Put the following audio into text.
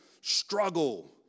struggle